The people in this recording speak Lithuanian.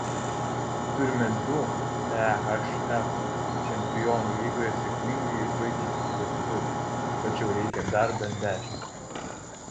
turime du ehf čempionų lygoje sėkmingai žaidžiančius lietuvius tačiau reikia dar bent dešimt